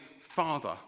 Father